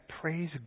Praise